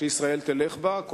שישראל תלך בה בשנים הקרובות,